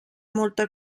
molta